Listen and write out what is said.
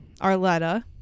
Arletta